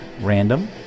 random